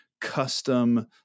custom